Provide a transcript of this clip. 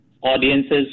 audiences